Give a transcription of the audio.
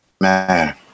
Man